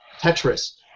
Tetris